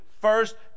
First